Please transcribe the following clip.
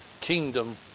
kingdom